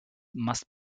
must